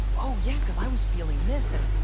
oh, yeah. cause i was feeling this, and,